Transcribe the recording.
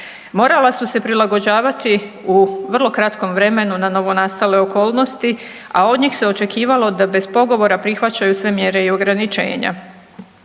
Morala su se prilagođavati u vrlo kratkom vremenu na novonastale okolnosti a od njih se očekivalo da bez pogovora prihvaćaju sve mjere i ograničenja,